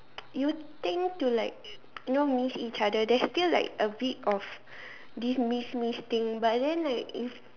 you tend to like you know miss each other there's still like a bit of this miss miss thing but then like if